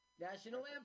National